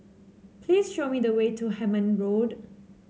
please show me the way to Hemmant Road